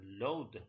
load